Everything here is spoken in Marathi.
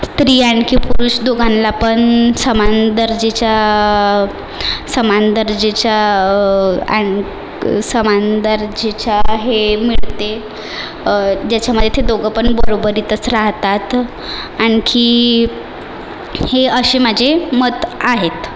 स्त्री आणखी पुरुष दोघांना पण समान दर्जाचा समान दर्जाचा अँड समान दर्जाचा हे मिळते ज्याच्यामधे ते दोघं पण बरोबरीतच राहतात आणखी हे असे माझे मत आहेत